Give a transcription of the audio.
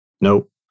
Nope